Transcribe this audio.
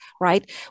right